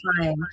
time